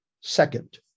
Second